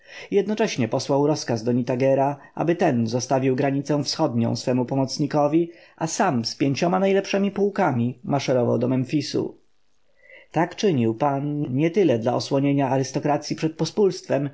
jednocześnie posłał rozkaz do nitagera aby ten zostawił granicę wschodnią swemu pomocnikowi a sam z pięcioma najlepszemi pułkami maszerował do memfisu tak czynił pan nietyle dla osłonienia arystokracji przed pospólstwem